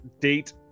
date